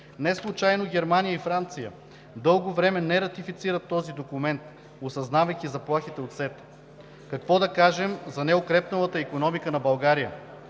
Неслучайно Германия и Франция дълго време не ратифицират този документ, осъзнавайки заплахите от СЕТА. Какво да кажем за неукрепналата икономика на България?